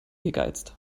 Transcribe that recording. gegeizt